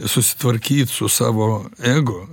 susitvarkyt su savo ego